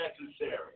necessary